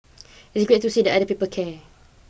it's great to see that other people care